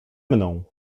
mną